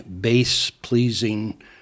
base-pleasing